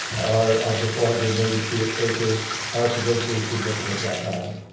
are of the four hundred and eighty two acres are provincially significant wetlands.